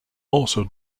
also